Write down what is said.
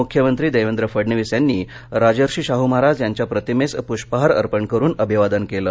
मुख्यमंत्री देवेद्र फडणवीस यांनी राजर्षी शाह महाराज त्यांच्या प्रतिमेस पृष्पहार अर्पण करून अभिवादन केलं